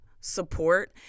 support